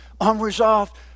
Unresolved